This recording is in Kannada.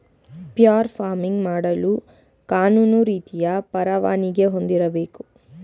ಫ್ಯೂರ್ ಫಾರ್ಮಿಂಗ್ ಮಾಡಲು ಕಾನೂನು ರೀತಿಯ ಪರವಾನಿಗೆ ಹೊಂದಿರಬೇಕು